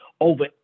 over